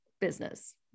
business